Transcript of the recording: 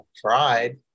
tried